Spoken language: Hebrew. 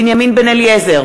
נגד בנימין בן-אליעזר,